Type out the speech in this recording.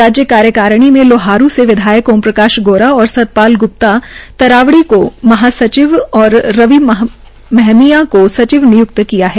राज्य कार्यकारिणी में लोहारू से विधायक ओमप्रकाश गोरा व सतपाल ग्प्ता तरावड़ी को महासचिव और रवि महमीया को सचिव निय्क्त किया है